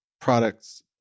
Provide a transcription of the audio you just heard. products